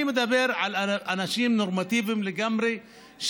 אני מדבר על אנשים נורמטיביים לגמרי,